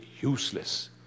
useless